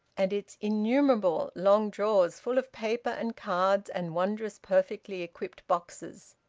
and its innumerable long drawers full of paper and cards and wondrous perfectly equipped boxes,